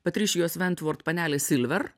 patrišijos ventvord panelė silver